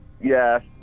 Yes